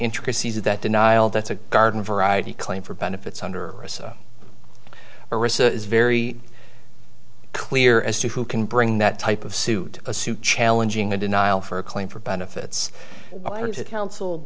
intricacies of that denial that's a garden variety claim for benefits under a so it's very clear as to who can bring that type of suit a suit challenging a denial for a claim for benefits aren't accoun